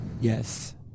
Yes